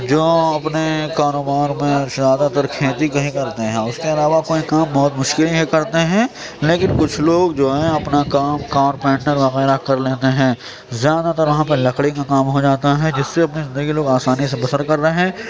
جوں اپنے کاروبار میں زیادہ تر کھیتی کا ہی کرتے ہیں اس کے علاوہ کوئی کام بہت مشکل ہی کرتے ہیں لیکن کچھ لوگ جو ہیں اپںا کام کارپینٹر وغیرہ کر لیتے ہیں زیادہ تر وہاں پہ لکڑی کا کام ہو جاتا ہے جس سے اپنی زندگی لوگ آسانی سے بسر کر رہے ہیں